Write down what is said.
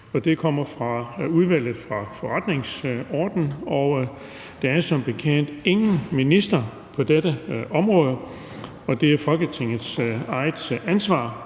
Den fg. formand (Erling Bonnesen): Der er som bekendt ingen minister på dette område. Det er Folketingets eget ansvar,